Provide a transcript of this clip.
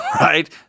right